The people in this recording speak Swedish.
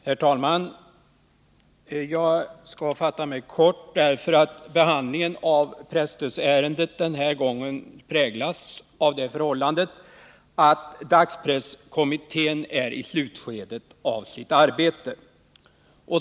Herr talman! Jag skall fatta mig ganska kort, därför att behandlingen av presstödsärendet den här gången präglas av det förhållandet att dagspresskommittén är i slutskedet av sitt arbete.